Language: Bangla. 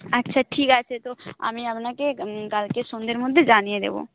আচ্ছা ঠিক আছে তো আমি আপনাকে কালকের সন্ধ্যের মধ্যে জানিয়ে দেবো